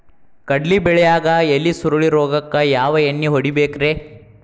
ಕಡ್ಲಿ ಬೆಳಿಯಾಗ ಎಲಿ ಸುರುಳಿ ರೋಗಕ್ಕ ಯಾವ ಎಣ್ಣಿ ಹೊಡಿಬೇಕ್ರೇ?